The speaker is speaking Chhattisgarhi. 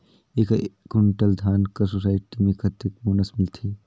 एक कुंटल धान कर सोसायटी मे कतेक बोनस मिलथे?